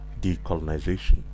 decolonization